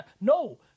No